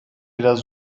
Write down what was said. biraz